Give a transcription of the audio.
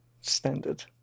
standard